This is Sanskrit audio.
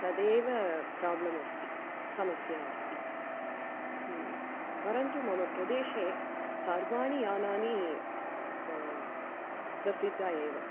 तदेव प्रोब्ळम् अस्ति समस्या अस्ति परन्तु मम प्रदेशे सर्वाणि यानानि प प्रसिद्धानि एव